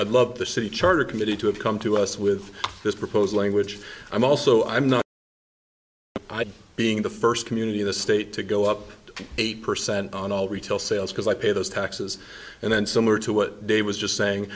love the city charter committee to have come to us with this proposed language i'm also i'm not being the first community the state to go up eight percent on all retail sales because i pay those taxes and then summer to what day was just saying